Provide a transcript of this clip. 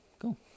cool